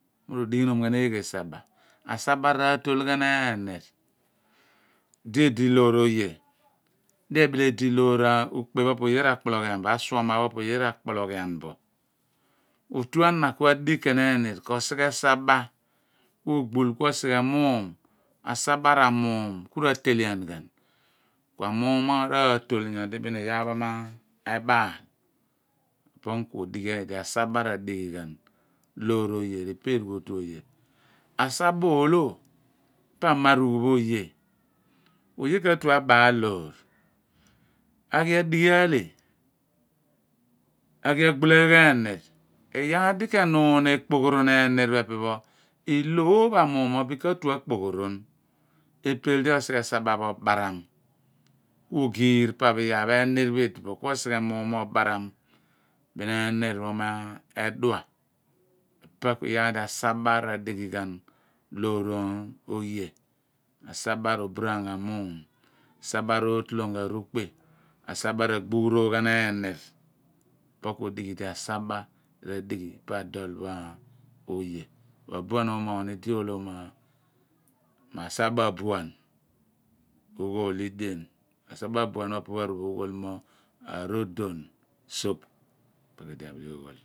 Mo rodighi nom ghan eeghe saba asaba ratol ghan ehnii di edi loor oye di ebile edi siphe ulepe pho opo oye pho rakpologhian bo asuoma pho oye rakpologhian bo otu ana ku adigh ken ehni, ko sighe saba ku ogbuy ku osighe muum asaba ra muum ku rotele ghan ku atuan mo ato nyodi bin iyaar pho mebaal opo ku adighi di asaba radighi ghan loor oye rope eragh otu pho oye. asaba ku ololo pa amarugl pho oye oye katue obaal loor ighi adighi ahle aghi agbula gogh ehni iyaar di kemuum ekpo ghorom enir pho epe i/lo oophon amuum mo bin ka/tue akpoghoom eper di osighe saba pho obaram ku osighe muum obaram bin emi pho medua epe ku iyaar di asaba radi ighi ghan loor oye saba roburaam ghan muum saba rorolom ghan rukpe, asaba ragburogh ghan ehnii opo ku odighe di asaba pho radighi pa adol pho oye ku abuan omoogh odi oghol mu asaba buan ughol li dien asaba abuan pho opo aru bo bidi nghol mo rodon soap.